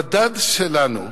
המדע שלנו,